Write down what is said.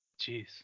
Jeez